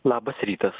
labas rytas